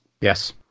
Yes